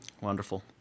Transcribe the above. Wonderful